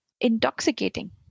intoxicating